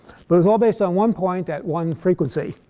but it's all based on one point at one frequency.